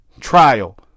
trial